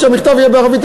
המכתב יהיה בערבית.